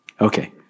Okay